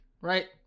right